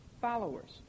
followers